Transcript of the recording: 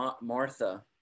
Martha